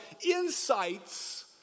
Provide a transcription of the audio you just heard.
insights